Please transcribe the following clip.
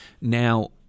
Now